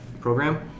program